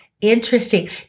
Interesting